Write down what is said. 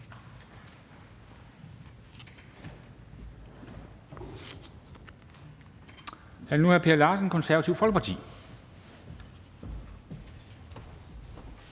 nu hr. Per Larsen, Det Konservative Folkeparti.